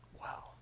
Wow